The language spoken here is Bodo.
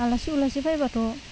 आलासि उलासि फायबाथ'